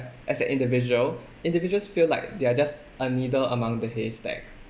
as an individual individuals feel like they are just a needle among the haystack